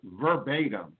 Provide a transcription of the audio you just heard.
verbatim